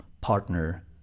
partner